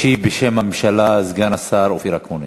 ישיב בשם הממשלה סגן השר אופיר אקוניס.